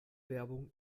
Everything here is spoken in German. werbung